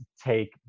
take